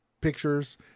pictures